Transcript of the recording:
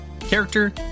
Character